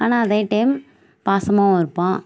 ஆனால் அதே டைம் பாசமாகவும் இருப்பான்